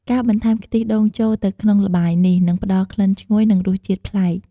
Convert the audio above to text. ការបន្ថែមខ្ទិះដូងចូលទៅក្នុងល្បាយនេះ នឹងផ្ដល់ក្លិនឈ្ងុយ និងរសជាតិប្លែក។